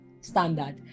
standard